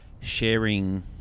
sharing